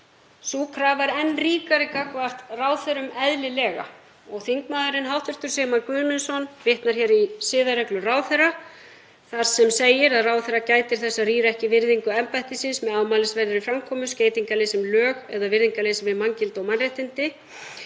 sú krafa er enn ríkari gagnvart ráðherrum, eðlilega. Hv. þm. Sigmar Guðmundsson vitnar í siðareglur ráðherra þar sem segir að ráðherra gæti þess að rýra ekki virðingu embættisins með ámælisverðri framkomu, skeytingarleysi um lög eða virðingarleysi við manngildi og mannréttindi.